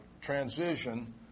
transition